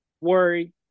worry